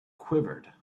quivered